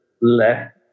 left